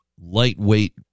lightweight